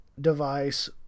device